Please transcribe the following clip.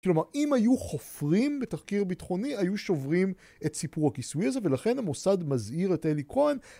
כלומר, אם היו חופרים בתחקיר ביטחוני, היו שוברים את סיפור הכיסוי הזה, ולכן המוסד מזהיר את אלי כהן.